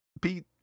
Pete